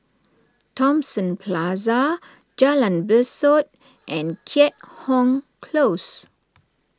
Thomson Plaza Jalan Besut and Keat Hong Close